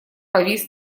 повис